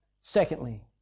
Secondly